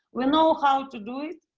we know how to do it.